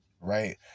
right